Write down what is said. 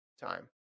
time